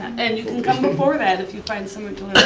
and you can come before that if you find somewhere